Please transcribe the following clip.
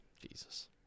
Jesus